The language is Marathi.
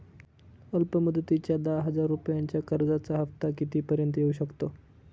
अल्प मुदतीच्या दहा हजार रुपयांच्या कर्जाचा हफ्ता किती पर्यंत येवू शकतो?